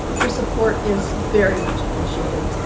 your support is very much appreciated.